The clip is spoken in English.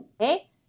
okay